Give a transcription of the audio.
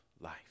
life